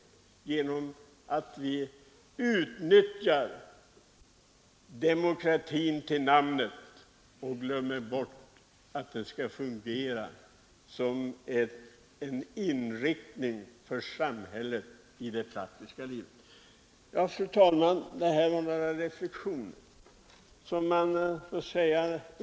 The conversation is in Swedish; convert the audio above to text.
Vi får inte bara utnyttja demokratin till namnet och glömma bort att den skall fungera i det praktiska livet, ange en inriktning för samhället. Fru talman! Det här var några reflexioner.